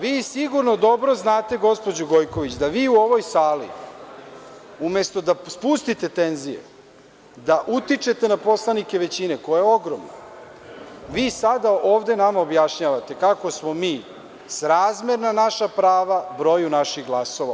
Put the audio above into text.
Vi sigurno dobro znate gospođo Gojković da vi u ovoj sali umesto da spustite tenzije, da utičete na poslanike većine koja je ogromna, vi sada nama ovde objašnjavate kako smo mi - srazmerna naša prava, broju naših glasova.